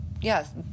yes